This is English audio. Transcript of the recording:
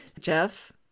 jeff